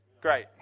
Great